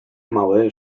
mały